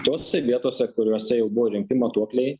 tose vietose kuriuose jau buvo įrengti matuokliai